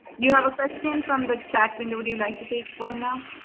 you have a question from the chat window. would you like to take one now?